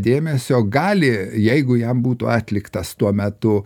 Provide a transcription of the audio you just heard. dėmesio gali jeigu jam būtų atliktas tuo metu